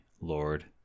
Lord